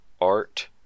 art